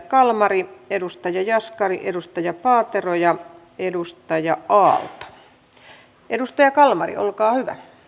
kalmari edustaja jaskari edustaja paatero ja edustaja aalto edustaja kalmari olkaa hyvä